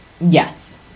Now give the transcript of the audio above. yes